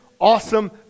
awesome